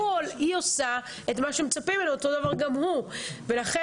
היא עושה את מה שמצפים ממנה, וגם הוא עושה